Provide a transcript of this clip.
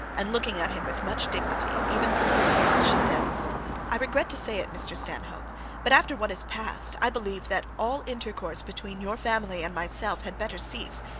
and looking at him with much dignity, even through her tears, she said i regret to say it, mr stanhope but after what has passed, i believe that all intercourse between your family and myself had better cease